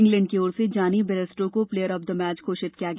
England की ओर से जॉनी बेयरस्टो को प्लेयर ऑफ द मैच घोषित किया गया